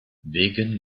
wegen